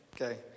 okay